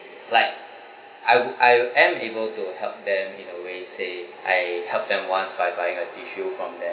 like I would I am able to help them in a way say I helped them once by buying a tissue from them